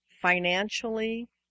financially